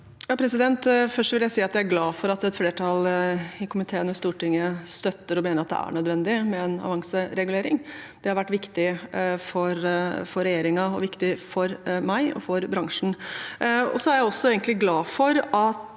jeg er glad for at et flertall i komiteen og i Stortinget støtter og mener at det er nødvendig med en avanseregulering. Det har vært viktig for regjeringen, for meg og for bransjen. Jeg er også glad for at